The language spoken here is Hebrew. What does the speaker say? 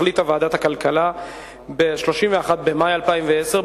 החליטה ועדת הכלכלה ב-31 במאי 2010,